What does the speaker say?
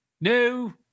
No